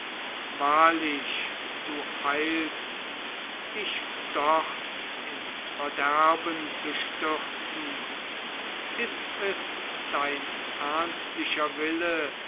wahrlich du eilst dich dort ins verderben zu stürzen ist es dein ernstlicher wille